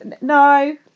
No